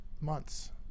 months